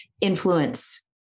influence